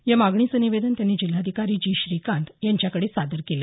या मागणीचं निवेदन त्यांनी जिल्हाधिकारी जी श्रीकांत यांच्याकडे सादर केलं